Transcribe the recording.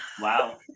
wow